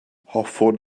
hoffwn